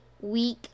week